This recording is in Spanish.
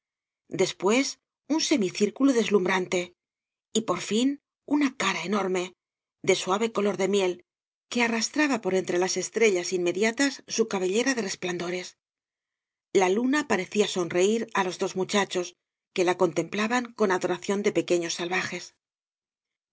después un semicírculo deslumbrante y por fin una cara enorme de suave color de miel que arrastraba por entre las estrellas inmediatas su cabellera de resplandores la luna parecía sonreír á los dos muchachos que la contemplaban con adoración de pequeños salvajes